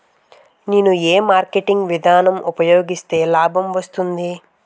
నేను ఏ మార్కెటింగ్ విధానం ఉపయోగిస్తే లాభం వస్తుంది?